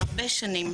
הרבה שנים,